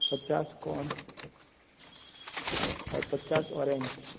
पचास कोन और पचास ओरेन्ज